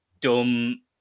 dumb